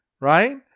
right